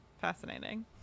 Fascinating